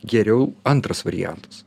geriau antras variantas